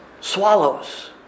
Swallows